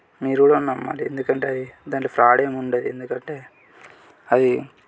మీరు కూడా నమ్మండి ఎందుకంటే దాంట్లో ఫ్రాడ్ ఏముండదు ఎందుకంటే అది